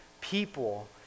people